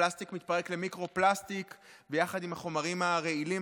הפלסטיק מתפרק למיקרו-פלסטיק ביחד עם החומרים הרעילים,